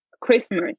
Christmas